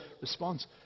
response